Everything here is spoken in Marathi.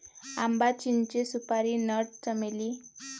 आंबा, चिंचे, सुपारी नट, चमेली